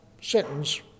sentence